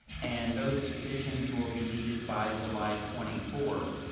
and those decisions will be needed by july twenty fourth.